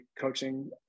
coaching